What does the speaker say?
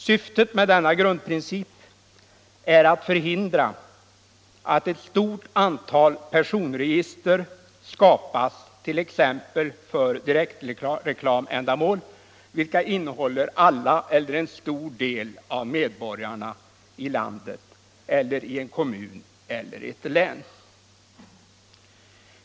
Syftet med denna grundprincip är att förhindra att ett stort antal personregister skapas — t.ex. för direktreklamändamål — vilka innehåller alla eller en stor del av medborgarna i landet, i en kommun eller i ett län.